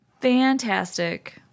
Fantastic